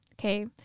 okay